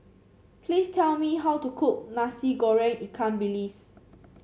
please tell me how to cook Nasi Goreng Ikan Bilis